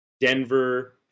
Denver